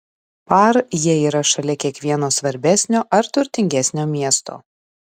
par jie yra šalia kiekvieno svarbesnio ar turtingesnio miesto